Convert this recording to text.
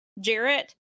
Jarrett